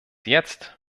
jetzt